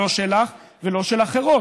לא שלך ולא של אחרות.